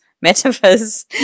metaphors